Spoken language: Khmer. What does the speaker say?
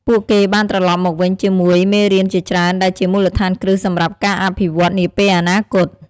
ពួកគេបានត្រឡប់មកវិញជាមួយមេរៀនជាច្រើនដែលជាមូលដ្ឋានគ្រឹះសម្រាប់ការអភិវឌ្ឍនាពេលអនាគត។